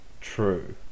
true